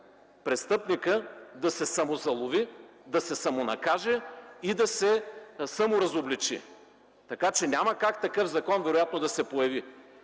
престъпникът да се самозалови, да се самонакаже и да се саморазобличи, така че няма как такъв закон вероятно да се появи.